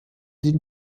den